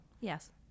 Yes